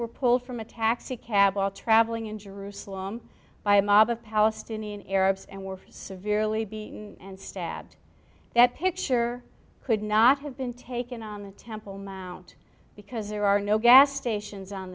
were pulled from a taxi cab all traveling in jerusalem by a mob of palestinian arabs and were severely beaten and stabbed that picture could not have been taken on the temple mount because there are no gas stations on